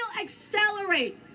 accelerate